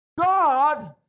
God